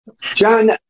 John